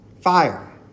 fire